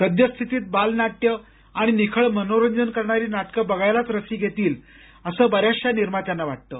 सद्यस्थितित बालनाट्य आणि निखळ मनोरंजन करणारी नाटक बघायलाच रसिक येतील असं बऱ्याचशा निर्मात्यांना वाटतं